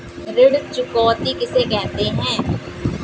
ऋण चुकौती किसे कहते हैं?